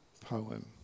poem